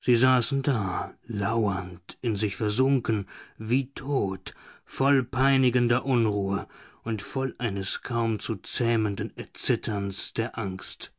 sie saßen da lauernd in sich versunken wie tot voll peinigender unruhe und voll eines kaum zu zähmenden erzitterns der angst